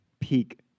peak